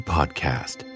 Podcast